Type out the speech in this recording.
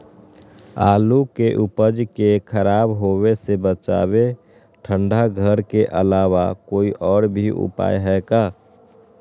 आलू के उपज के खराब होवे से बचाबे ठंडा घर के अलावा कोई और भी उपाय है का?